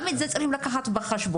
גם את זה צריך לקחת בחשבון.